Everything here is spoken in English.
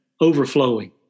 overflowing